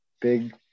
big